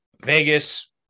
Vegas